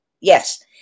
Yes